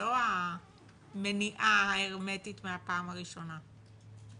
לא המניעה ההרמטית מהפעם הראשונה.